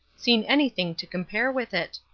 seen anything to compare with it.